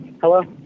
Hello